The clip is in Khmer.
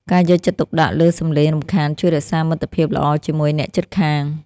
ការយកចិត្តទុកដាក់លើសម្លេងរំខានជួយរក្សាមិត្តភាពល្អជាមួយអ្នកជិតខាង។